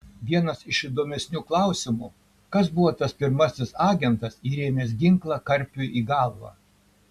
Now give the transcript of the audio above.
vienas iš įdomesnių klausimų kas buvo tas pirmasis agentas įrėmęs ginklą karpiui į galvą